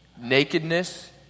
nakedness